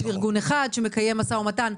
שארגון אחד מקיים משא ומתן.